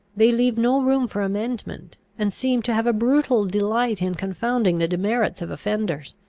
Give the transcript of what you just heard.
they leave no room for amendment, and seem to have a brutal delight in confounding the demerits of offenders.